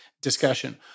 discussion